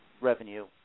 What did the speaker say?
revenue